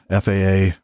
FAA